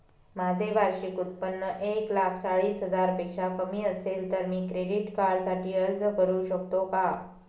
माझे वार्षिक उत्त्पन्न एक लाख चाळीस हजार पेक्षा कमी असेल तर मी क्रेडिट कार्डसाठी अर्ज करु शकतो का?